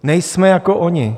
Nejsme jako oni!